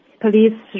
police